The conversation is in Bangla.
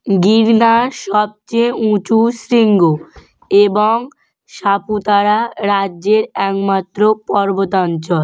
গিরনার সবচেয়ে উঁচু শৃঙ্গ এবং সাতপুরা রাজ্যের একমাত্র পর্বতঞ্চল